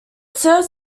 serves